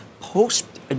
post